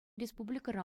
республикӑра